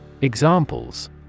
Examples